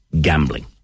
gambling